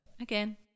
Again